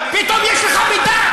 פתאום יש לך מידע?